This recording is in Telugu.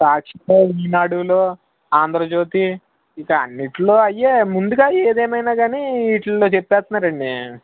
సాక్షిలో ఈనాడులో ఆంద్రజ్యోతి ఇంక అన్నింటిలో అవే ముందుగా ఏదైనా కానీ వీటిలో చెప్పేస్తున్నారండి